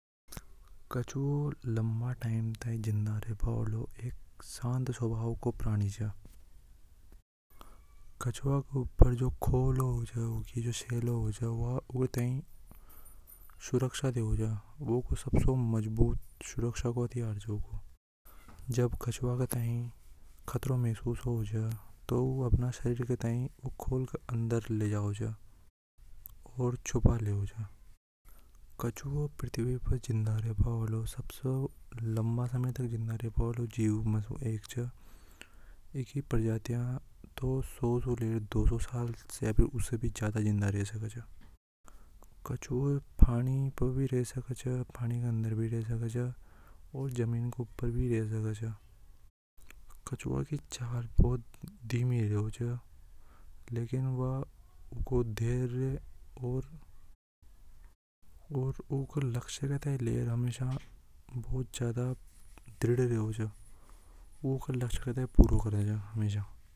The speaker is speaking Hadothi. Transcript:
कछुआ﻿ एक शांत स्वभाव को प्राणी होवे छ। कछुआ को ऊपर जो खोल होवे छ वा उसे सुरक्षा देवे छ वह उ को सबसे मजबूत सुरक्षा को हथियार होवे जब कछुआ का टाइम खतरों महसूस होवे तो अपना शरीर बताएं खोलकर अंदर ले जावे और छुपा लेवे च कछुआ पृथ्वी पर जिंदा रहना बोलो सबसे लंबा समय तक जिंदा रेबा हेलो जीव में से एक छ एकी प्रजातियां 200 साल से भी उसे भी ज्यादा जिंदा रह सके छ। कछुआ पानी पे ओर पानी के अंदर भी रे सके छ और जमीन के ऊपर भी रह सके छ कछुआ की चला बहुत ज्यादा दृढ़ रेवे छ जो ऊके लक्ष्य को पूरा करे छ हमेशा।